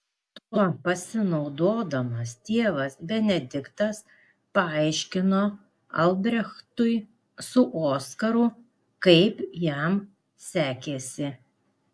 tuo pasinaudodamas tėvas benediktas paaiškino albrechtui su oskaru kaip jam sekėsi